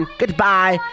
goodbye